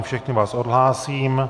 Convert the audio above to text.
Všechny vás odhlásím.